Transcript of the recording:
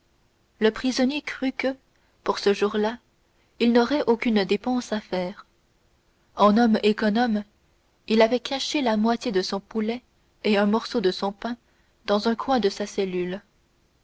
le prisonnier crut que pour ce jour-là il n'aurait aucune dépense à faire en homme économe il avait caché la moitié de son poulet et un morceau de son pain dans le coin de sa cellule